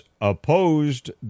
opposed